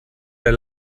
der